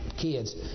kids